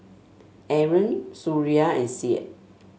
Aaron Suria and Syed